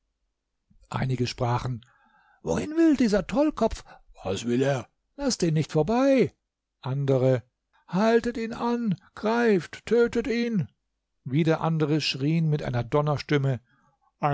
einige sprachen wohin will dieser tollkopf was will er laßt ihn nicht vorbei andere haltet ihn an greift tötet ihn wieder andere schrien mit einer